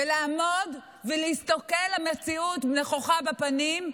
לעמוד ולהסתכל למציאות נכוחה בפנים,